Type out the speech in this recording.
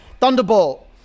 Thunderbolt